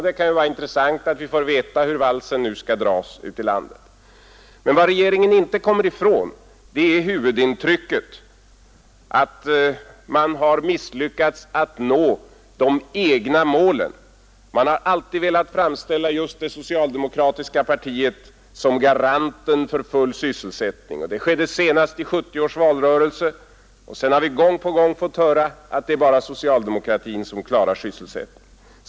Det kan ju vara intressant att vi får veta huru valsen nu skall dras ute i landet. Men vad regeringen inte kommer ifrån är huvudintrycket, att man har misslyckats att nå de egna målen. Man har alltid velat framställa just det socialdemokratiska partiet som garanten för full sysselsättning. Det skedde senast i 1970 års valrörelse, och sedan har vi gång på gång fått höra att bara socialdemokratin klarar sysselsättningen.